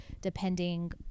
depending